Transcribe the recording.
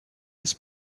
des